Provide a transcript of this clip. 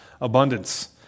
abundance